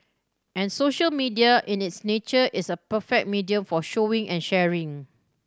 and social media in its nature is a perfect medium for showing and sharing